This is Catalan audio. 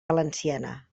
valenciana